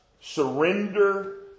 surrender